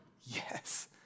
yes